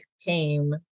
came